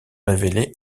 révéler